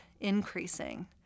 increasing